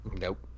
Nope